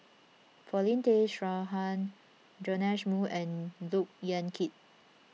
Paulin Tay Straughan Joash Moo and Look Yan Kit